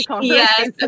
Yes